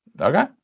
Okay